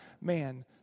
man